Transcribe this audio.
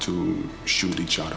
to shoot each o